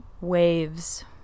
waves